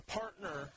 partner